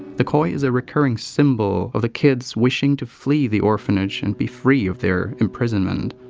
the koi is a recurring symbol of the kids wishing to flee the orphanage and be free of their imprisonment.